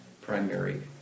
primary